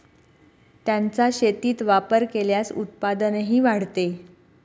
त्यांचा शेतीत वापर केल्यास उत्पादनही वाढते